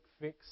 fix